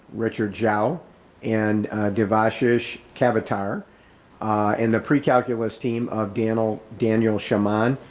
richard gel and devishis kevata. in the precalculus team of daniel daniel sheman,